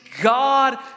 God